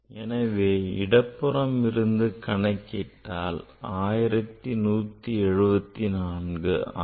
எனவே இடப்புறம் இருந்து கணக்கிட்டால் விடை 1174 ஆகும்